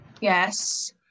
yes